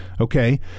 Okay